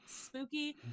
spooky